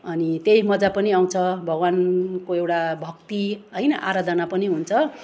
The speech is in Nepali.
अनि त्यही मजा पनि आउँछ भगवानको एउटा भक्ति होइन आराधना पनि हुन्छ